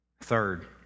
Third